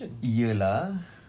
ialah